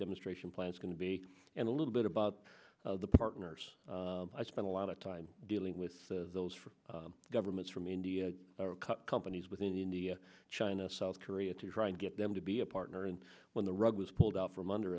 demonstration plants going to be and a little bit about the partners i spent a lot of time dealing with those from governments from india companies within india china south korea to try and get them to be a partner and when the rug was pulled out from